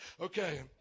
Okay